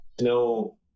no